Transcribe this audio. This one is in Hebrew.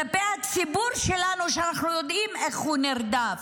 כלפי הציבור שלנו, שאנחנו יודעים איך הוא נרדף.